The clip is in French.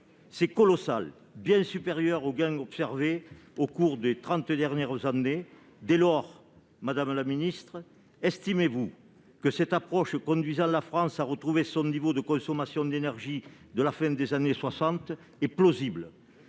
C'est colossal, et bien supérieur aux gains observés au cours des trente dernières années. Dès lors, madame la ministre, estimez-vous que cette approche conduisant la France à retrouver son niveau de consommation d'énergie de la fin des années 1960 est plausible ?